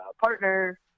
partner